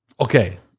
okay